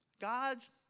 God's